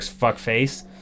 fuckface